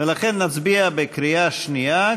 ולכן נצביע בקריאה שנייה,